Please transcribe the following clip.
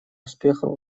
успехов